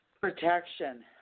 Protection